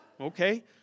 okay